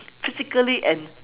physically and